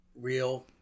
real